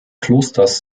klosters